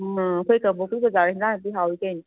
ꯑꯪ ꯑꯩꯈꯣꯏ ꯀꯥꯡꯄꯣꯛꯄꯤ ꯕꯖꯥꯔꯁꯦ ꯍꯦꯟꯖꯥꯡ ꯅꯥꯄꯤ ꯍꯥꯎꯏ ꯀꯩꯅꯣ